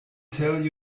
tell